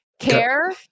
care